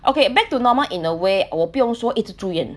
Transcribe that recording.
okay back to normal in a way 我不用说一直住院